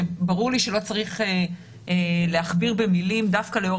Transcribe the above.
שברור לי שלא צריך להכביר במילים דווקא לאור